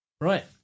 right